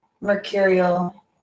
mercurial